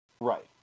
Right